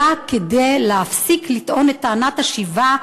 אלא כדי להפסיק לטעון את טענת השיבה,